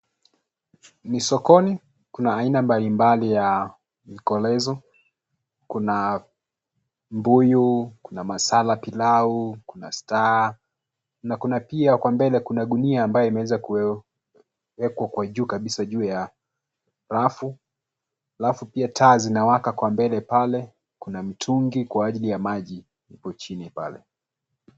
Ni sokoni. Kuna aina mbalimbali ya vikolezo. Kuna mbuyu, kuna masala pilau, kuna star na kuna pia kwa mbele kuna gunia ambayo imeweza kuye kuwekwa kwa juu kabisa, juu ya rafu. Alafu pia taa zinawaka kwa mbele pale. Kuna mitungi kwa ajili ya maji ipo chini pale.